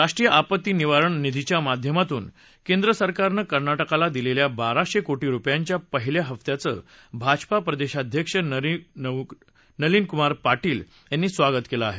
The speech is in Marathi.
राष्ट्रीय आपत्ती निवारण निधीच्या माध्यमातून केंद्र सरकारनं कर्नाटकला दिलेल्या बाराशे कोटी रुपयांच्या पहिल्या हप्त्याचं भाजपा प्रदेशाध्यक्ष नलिन कुमार कटील यांनी स्वागत केलं आहे